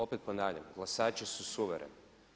Opet ponavljam glasači su suvereni.